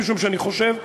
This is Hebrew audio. משום שאני חושב,